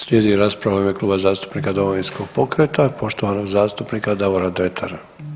Slijedi rasprava u ime Kluba zastupnika Domovinskog pokreta poštovanog zastupnika Davora Dretara.